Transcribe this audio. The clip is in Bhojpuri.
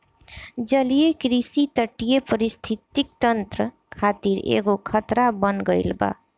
जलीय कृषि तटीय परिस्थितिक तंत्र खातिर एगो खतरा बन गईल बा